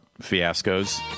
fiascos